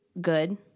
good